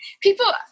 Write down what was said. People